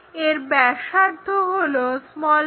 এর ব্যাসার্ধ হল pr